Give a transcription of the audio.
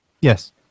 Yes